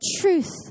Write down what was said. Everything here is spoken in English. truth